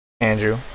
Andrew